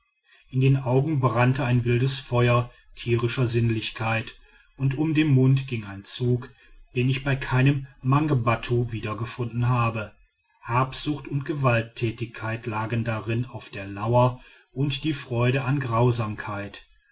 in den augen brannte ein wildes feuer tierischer sinnlichkeit und um den mund ging ein zug den ich bei keinem mangbattu wiedergefunden habe habsucht und gewalttätigkeit lagen darin auf der lauer und die freude an grausamkeit